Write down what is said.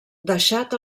deixat